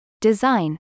design